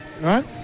right